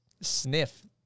sniff